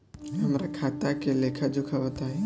हमरा खाता के लेखा जोखा बताई?